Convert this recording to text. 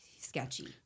sketchy